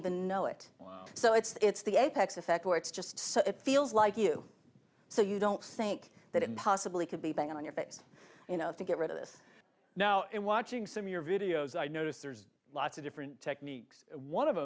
even know it so it's the apex effect where it's just so it feels like you so you don't think that it possibly could be banging on your face you know to get rid of this now and watching some your videos i notice there's lots of different techniques one of